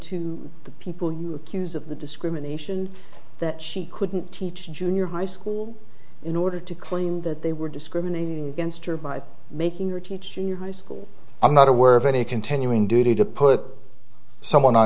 to the people you accuse of the discrimination that she couldn't teach in junior high school in order to claim that they were discriminating against her by making her teaching high school i'm not aware of any continuing duty to put someone